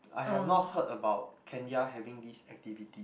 I have not heard about Kenya having this activity